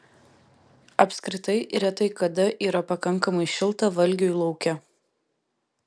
apskritai retai kada yra pakankamai šilta valgiui lauke